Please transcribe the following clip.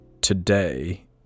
today